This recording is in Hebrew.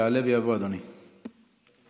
יעלה ויבוא, אדוני.